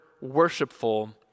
worshipful